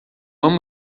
amo